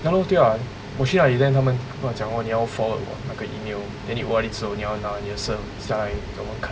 ya lor then err 我去那里 then 他们跟我讲 oh 你要 follow 那个 email then 你 O_R_D 之后你要拿你的 certificate 下来给我们看